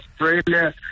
Australia